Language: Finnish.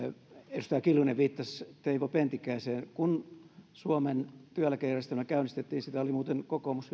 edustaja kiljunen viittasi teivo pentikäiseen kun suomen työeläkejärjestelmä käynnistettiin sitä sosiaalidemokraattien ajamaa ideaa oli muuten kokoomus